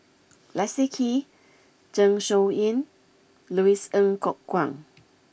Leslie Kee Zeng Shouyin Louis Ng Kok Kwang